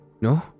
No